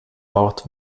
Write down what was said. ort